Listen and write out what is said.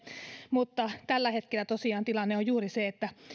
mutta tällä hetkellä tosiaan tilanne on juuri se että